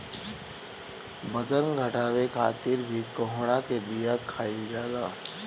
बजन घटावे खातिर भी कोहड़ा के बिया खाईल जाला